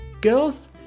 Girls